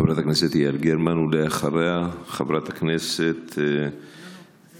חברת הכנסת יעל גרמן, ואחריה, אז את זה.